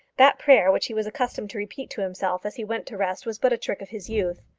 that prayer which he was accustomed to repeat to himself as he went to rest was but a trick of his youth.